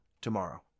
tomorrow